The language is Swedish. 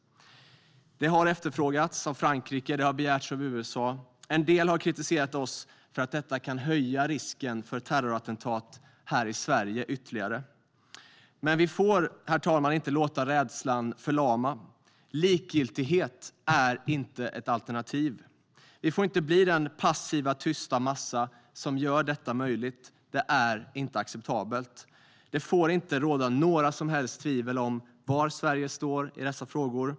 Det har efterfrågats av Frankrike. Det har begärts av USA. En del har kritiserat oss för att detta ytterligare kan höja risken för terrorattentat i Sverige, men vi får, herr talman, inte låta rädslan förlama. Likgiltighet är inte ett alternativ. Vi får inte bli den passiva tysta massa som gör detta möjligt. Det är inte acceptabelt. Det får inte råda några som helst tvivel om var Sverige står i dessa frågor.